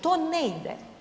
To ne ide.